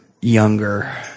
younger